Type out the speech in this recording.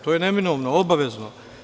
To je neminovno, obavezno.